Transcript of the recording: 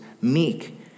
meek